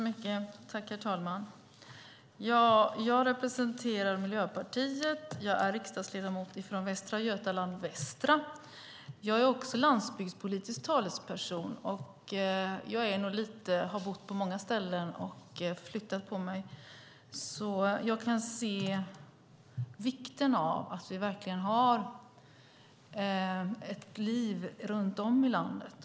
Herr talman! Jag representerar Miljöpartiet. Jag är riksdagsledamot från Västra Götalands västra valkrets. Jag är också landsbygdspolitisk talesperson. Jag har bott på många ställen och flyttat på mig, så jag kan se vikten av att vi verkligen har liv runt om i landet.